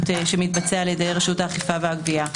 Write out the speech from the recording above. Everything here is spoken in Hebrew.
שמתבצע על ידי רשות האכיפה והגבייה.